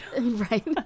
Right